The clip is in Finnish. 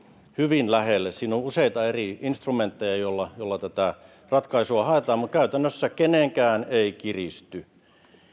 hyvin lähelle siinä on useita eri instrumentteja joilla tätä ratkaisua haetaan mutta käytännössä kenenkään ei kiristy